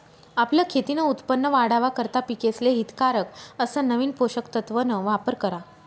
आपलं खेतीन उत्पन वाढावा करता पिकेसले हितकारक अस नवीन पोषक तत्वन वापर करा